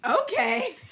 Okay